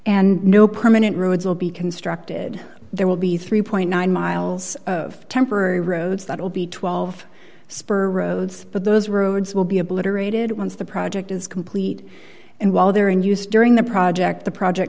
and no permanent roads will be constructed there will be three nine miles of temporary roads that will be twelve spur roads but those roads will be obliterated once the project is complete and while there in use during the project the project